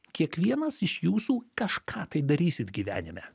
kiekvienas iš jūsų kažką tai darysit gyvenime